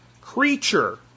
creature